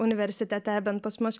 universitete bent pas mus